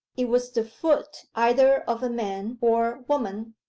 it was the foot either of a man or woman,